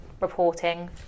reporting